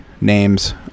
names